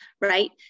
right